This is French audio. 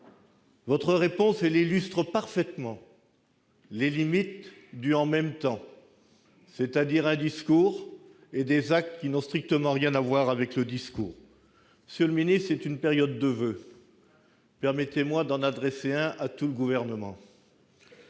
botter en touche. Elle illustre parfaitement les limites du « en même temps », c'est-à-dire un discours et des actes qui n'ont strictement rien à voir entre eux. Monsieur le secrétaire d'État, en cette période de voeux, permettez-moi d'en adresser un à tout le Gouvernement